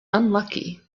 unlucky